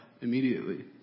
immediately